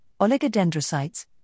oligodendrocytes